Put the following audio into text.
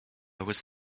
was